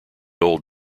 old